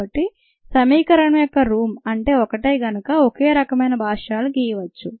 కాబట్టి సమీకరణం యొక్క రూం ఒకటే కనుక ఒకే రకమైన భాష్యాలు గీయవచ్చు